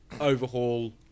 overhaul